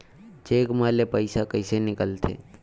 Cheque म ले पईसा कइसे निकलथे?